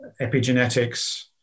epigenetics